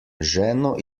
ženo